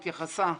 התייחסה,